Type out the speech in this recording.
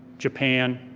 japan,